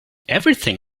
everything